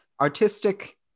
artistic